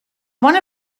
one